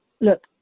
look